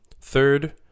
third